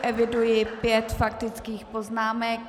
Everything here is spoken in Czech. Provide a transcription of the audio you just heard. Eviduji pět faktických poznámek.